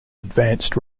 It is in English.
advanced